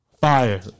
Fire